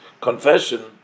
Confession